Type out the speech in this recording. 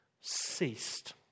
ceased